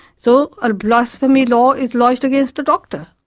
so a blasphemy law is lodged against the doctor.